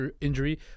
injury